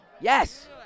Yes